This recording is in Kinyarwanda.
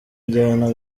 injyana